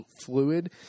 fluid